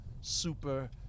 super